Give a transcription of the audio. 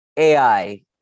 AI